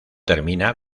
termina